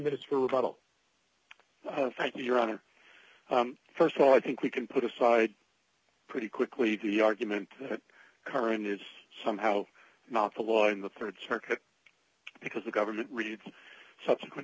minutes for rebuttal thank you your honor st of all i think we can put aside pretty quickly the argument that current is somehow not the law in the rd circuit because the government reads subsequent